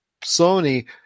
Sony